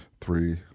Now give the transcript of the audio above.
three